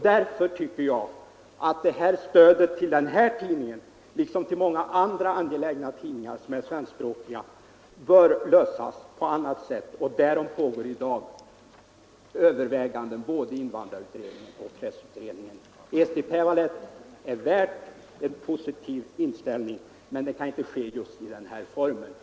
Därför tycker jag att stödet till denna tidning, liksom till många angelägna tidningar som är svenskspråkiga, bör klaras på annat sätt. Därom pågår i dag överväganden i både invandrarutredningen och pressutredningen. Eesti Päevaleht förtjänar en positiv behandling, men det kan inte ske just i den här formen.